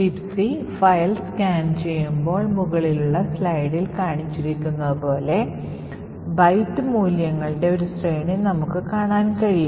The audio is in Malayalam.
Libc ഫയൽ സ്കാൻ ചെയ്യുമ്പോൾ മുകളിലുള്ള സ്ലൈഡിൽ കാണിച്ചിരിക്കുന്നതുപോലെ ബൈറ്റ് മൂല്യങ്ങളുടെ ഒരു ശ്രേണി നമുക്ക് കാണാൻ കഴിയും